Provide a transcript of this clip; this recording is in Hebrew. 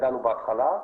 שידענו בהתחלה,